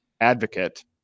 advocate